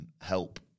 help